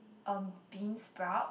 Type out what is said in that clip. um beansprout